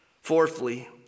Fourthly